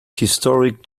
historic